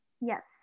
yes